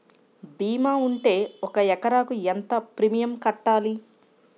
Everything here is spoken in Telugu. భీమా ఉంటే ఒక ఎకరాకు ఎంత ప్రీమియం కట్టాలి?